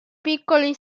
piccoli